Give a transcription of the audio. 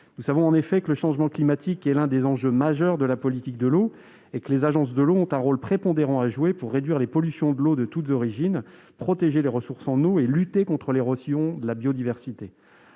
nous savons tous que le changement climatique est l'un des enjeux majeurs de la politique de l'eau, et que les agences de l'eau ont un rôle prépondérant à jouer pour réduire les pollutions de l'eau de toutes origines, protéger les ressources en eau et lutter contre l'érosion de la biodiversité.